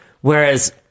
whereas